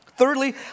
Thirdly